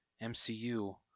mcu